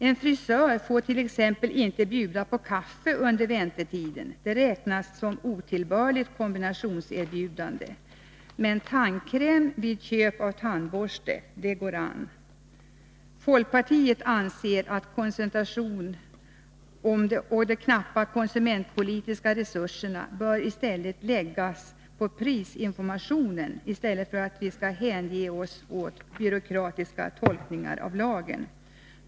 En frisör får t.ex. inte bjuda på kaffe under väntetiden; det anses vara otillbörligt kombinationserbjudande. Men tandkräm gratis vid köp av tandborste går an. Folkpartiet anser att vi bör lägga koncentrationen och de knappa konsumentpolitiska resurserna på prisinformation i stället för att hänge oss åt byråkratiska tolkningar av lagen.